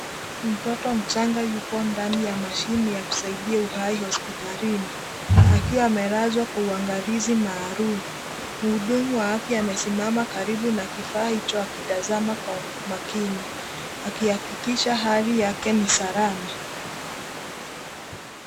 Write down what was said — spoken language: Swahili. Mtoto mchanga yupo ndani ya mashine ya kusaidia uhai hospitalini akiwa amelazwa kwa uangalizi maalum. Mhudumu wa afya amesimama karibu na kifaa hicho akitazama kwa umakini akihakikisha hali yake ni salama.